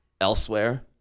elsewhere